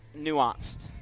nuanced